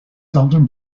seldom